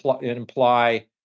imply